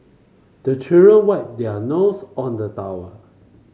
the children wipe their nose on the towel